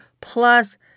plus